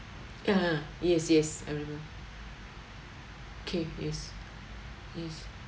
(uh huh) yes yes okay yes yes